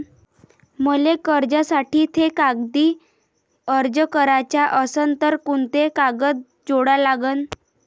मले कर्जासाठी थे कागदी अर्ज कराचा असन तर कुंते कागद जोडा लागन?